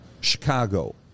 Chicago